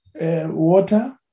water